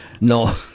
no